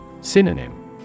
Synonym